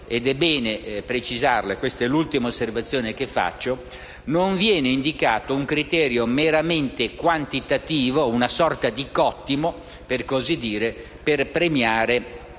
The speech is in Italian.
ed è bene precisarlo e questa è l'ultima osservazione che faccio - non viene indicato un criterio meramente quantitativo, una sorta di cottimo, per così dire, per premiare l'efficienza